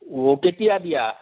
উৱ কেতিয়া বিয়া